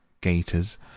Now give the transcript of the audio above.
gaiters